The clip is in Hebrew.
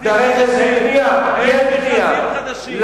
אין מכרזים חדשים.